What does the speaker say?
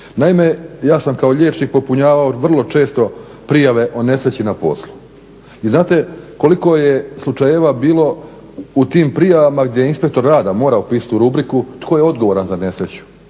Naime, ja sam kao liječnik popunjavao vrlo često prijave o nesreći na poslu. I znate koliko je slučajeva bilo u tim prijavama gdje je inspektor rada morao pisati u rubriku tko je odgovoran za nesreću.